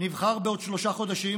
נבחר בעוד שלושה חודשים,